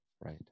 Right